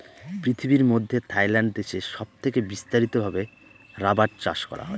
পৃথিবীর মধ্যে থাইল্যান্ড দেশে সব থেকে বিস্তারিত ভাবে রাবার চাষ করা হয়